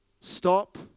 stop